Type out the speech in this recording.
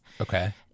Okay